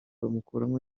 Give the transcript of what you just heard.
bamukuramo